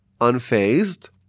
unfazed